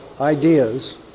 ideas